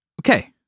Okay